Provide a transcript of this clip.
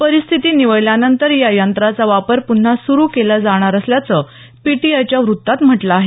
परिस्थिती निवळल्यानंतर या यंत्राचा वापर पुन्हा सुरू केला जाणार असल्याचं पीटीआयच्या व्रत्तात म्हटलं आहे